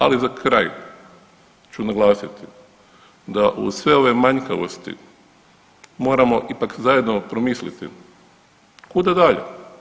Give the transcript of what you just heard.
Ali za kraj ću naglasiti da uz sve ove manjkavosti moramo ipak zajedno promisliti kuda dalje.